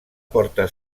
porta